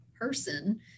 person